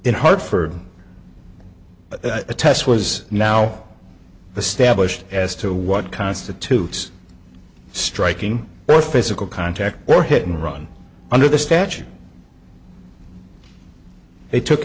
in hartford but the test was now the stablished as to what constitutes striking both physical contact or hit and run under the statute they took